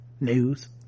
news